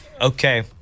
Okay